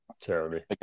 terribly